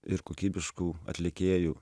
ir kokybiškų atlikėjų